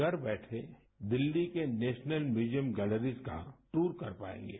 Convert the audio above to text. घर बैठे दिल्ली के नेशनल म्यूजियम गैलरीज का टूर कर पाएंगे